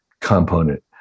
component